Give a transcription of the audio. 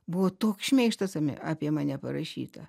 buvo toks šmeižtas ame apie mane parašyta